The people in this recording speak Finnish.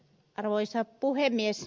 arvoisa puhemies